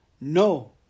No